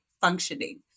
functioning